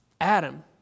Adam